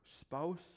spouse